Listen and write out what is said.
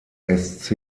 heißt